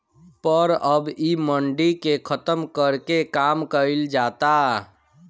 पर अब इ मंडी के खतम करे के काम कइल जाता